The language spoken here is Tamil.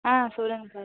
ஆ சொல்லுங்கள் சார்